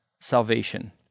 salvation